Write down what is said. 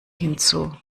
hinzu